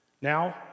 Now